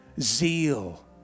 Zeal